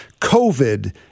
covid